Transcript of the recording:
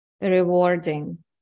rewarding